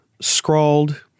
Scrawled